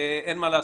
אין מה לעשות,